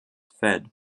fed